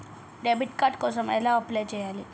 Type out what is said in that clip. Debit card కోసం ఎలా apply చేయాలి?